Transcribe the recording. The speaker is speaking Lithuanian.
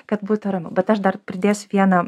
kad būtų ramiau bet aš dar pridėsiu vieną